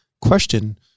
question